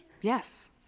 Yes